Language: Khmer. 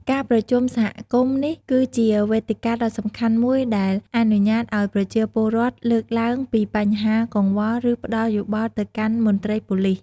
ការប្រជុំសហគមន៍នេះគឺជាវេទិកាដ៏សំខាន់មួយដែល អនុញ្ញាតឱ្យប្រជាពលរដ្ឋលើកឡើងពីបញ្ហា កង្វល់ ឬផ្តល់យោបល់ទៅកាន់មន្ត្រីប៉ូលិស។